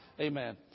Amen